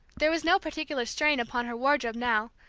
there was no particular strain upon her wardrobe now,